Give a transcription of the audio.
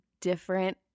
different